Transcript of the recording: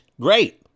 great